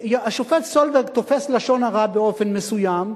השופט סולברג תופס לשון הרע באופן מסוים,